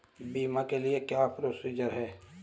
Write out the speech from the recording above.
बीमा के लिए क्या क्या प्रोसीजर है?